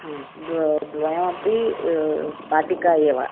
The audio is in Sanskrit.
ह द्वयमपि भाटिका एव